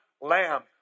lamb